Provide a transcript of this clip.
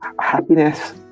happiness